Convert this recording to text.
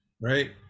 right